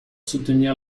soutenir